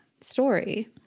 story